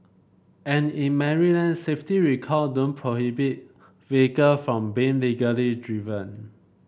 and in Maryland safety recall don't prohibit vehicle from being legally driven